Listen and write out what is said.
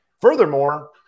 Furthermore